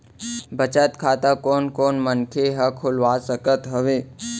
बचत खाता कोन कोन मनखे ह खोलवा सकत हवे?